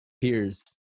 peers